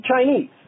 Chinese